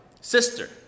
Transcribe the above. sister